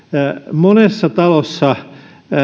monessa talossa